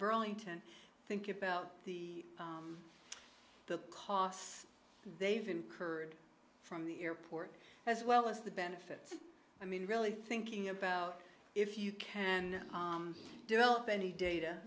burlington think about the costs they've incurred from the airport as well as the benefits i mean really thinking about if you can develop any data